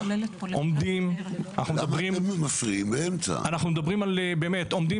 אנחנו עומדים אנחנו מדברים על באמת עומדים